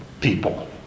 people